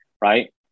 Right